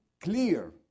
clear